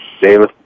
David